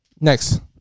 Next